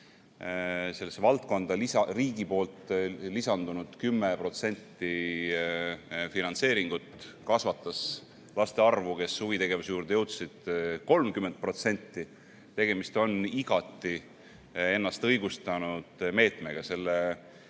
Sellesse valdkonda riigilt lisandunud 10% finantseeringut kasvatas laste arvu, kes huvitegevuse juurde jõudsid, 30%. Tegemist on ennast igati õigustanud meetmega. Selle